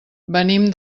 venim